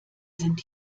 sind